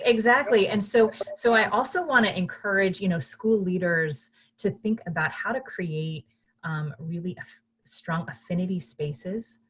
ah exactly. and so so i also want to encourage you know school leaders to think about how to create a really strong affinity space